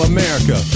America